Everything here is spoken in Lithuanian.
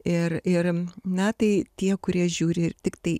ir ir na tai tie kurie žiūri tiktai